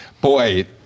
boy